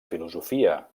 filosofia